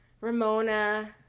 Ramona